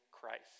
Christ